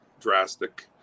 drastic